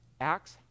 Acts